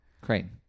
Crane